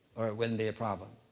or it wouldn't be a problem.